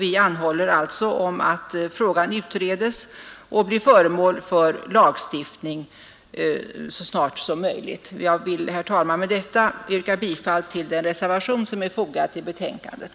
Vi anhåller därför att frågan utreds och blir föremål för lagstiftning så snart som möjligt. Jag vill, herr talman, med detta yrka bifall till den reservation som är fogad till betänkandet.